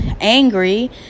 angry